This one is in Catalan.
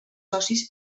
socis